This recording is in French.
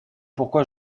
pourquoi